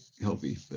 healthy